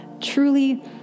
truly